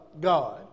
God